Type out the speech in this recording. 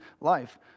life